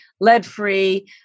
lead-free